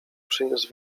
przyniósł